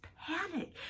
panic